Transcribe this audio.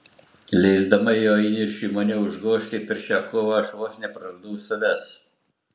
leisdama jo įniršiui mane užgožti per šią kovą aš vos nepraradau savęs